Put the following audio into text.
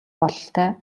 бололтой